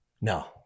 No